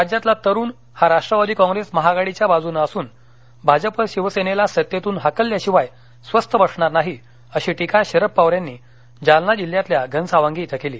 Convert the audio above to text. राज्यातला तरुण हा राष्ट्रवादी काँप्रेस महाआघाडीच्या बाजूनं असून भाजप शिवसेनला सत्तेतून हाकलल्याशिवाय स्वस्थ बसणार नाही अशी टीका शरद पवार यांनी जालना जिल्ह्यातील घनसावंगी इथं केली